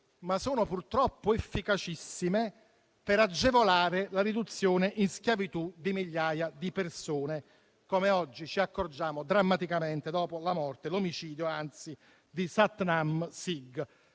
ma sono purtroppo efficacissime per agevolare la riduzione in schiavitù di migliaia di persone, come oggi ci accorgiamo drammaticamente dopo la morte - anzi, l'omicidio - di Satnam Singh.